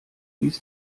ließ